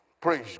Praise